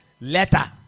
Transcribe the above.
letter